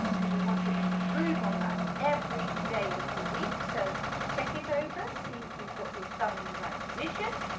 because we want to improve on that every day of the week, so check it over see if you've got your thumb in the right position,